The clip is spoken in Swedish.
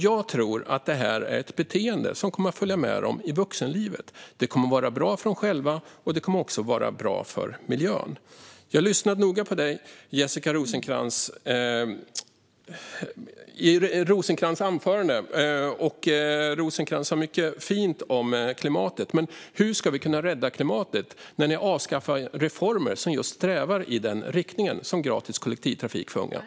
Jag tror att det är ett beteende som kommer att följa med dem i vuxenlivet. Det kommer att vara bra för dem själva, och det kommer också att vara bra för miljön. Jag lyssnade noga på Jessica Rosencrantz anförande. Hon sa många fina saker om klimatet. Men hur ska vi kunna rädda klimatet när ni avskaffar reformer som strävar i en sådan riktning, som exempelvis reformen med gratis kollektivtrafik för unga?